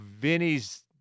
Vinny's